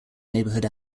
neighborhood